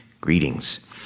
Greetings